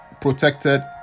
protected